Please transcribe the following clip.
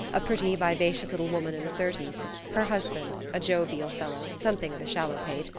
a pretty, vivacious little woman in the thirties her husband, a jovial fellow, something of a shallow-pate,